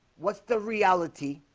what's the reality?